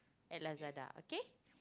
at Lazada okay